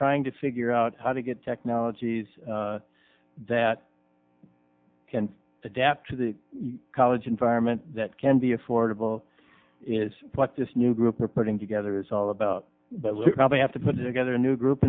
trying to figure out how to get technologies that can adapt to the college environment that can be affordable is what this new group are putting together is all about probably have to put together a new group